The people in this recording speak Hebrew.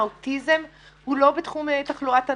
האוטיזם הוא לא בתחומי תחלואת הנפש.